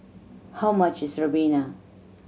how much is ribena